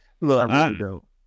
Look